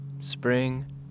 Spring